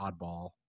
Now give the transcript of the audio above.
oddball